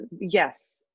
yes